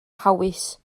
hawys